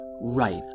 right